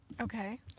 okay